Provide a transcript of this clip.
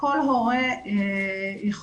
כל הורה יכול